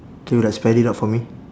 can you like spell it out for me